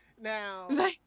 now